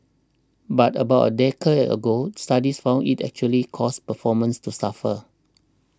but about a decade ago studies found it actually caused performances to suffer